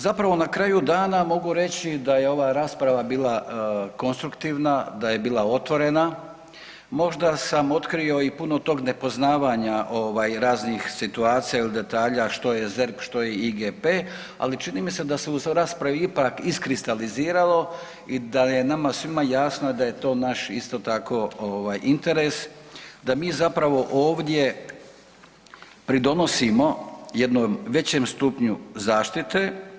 Zapravo na kraju dana mogu reći da je ova rasprava bila konstruktivna, da je bila otvorena, možda sam otkrio i puno tog nepoznavanja ovaj raznih situacija il detalja što je ZERP, što je IGP, ali čini mi se da se u raspravi ipak iskristaliziralo i da je nama svima jasno da je to naš isto tako ovaj interes, da mi zapravo ovdje pridonosimo jednom većem stupnju zaštite.